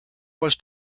was